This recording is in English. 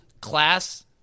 class